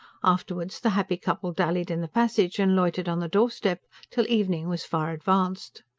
afterwards the happy couple dallied in the passage and loitered on the doorstep, till evening was far advanced.